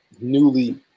newly